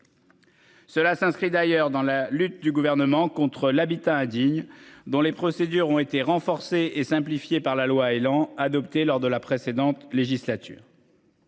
Cela s'inscrit d'ailleurs dans la lutte du gouvernement contre l'habitat indigne dans les procédures ont été renforcé et simplifié par la loi Elan adopté lors de la précédente législature.